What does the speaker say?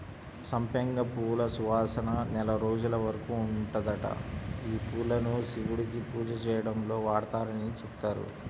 సంపెంగ పూల సువాసన నెల రోజుల వరకు ఉంటదంట, యీ పూలను శివుడికి పూజ చేయడంలో వాడరని చెబుతారు